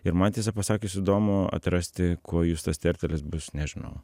ir man tiesą pasakius įdomu atrasti kuo justas tertelis bus nežinau